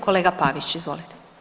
Kolega Pavić, izvolite.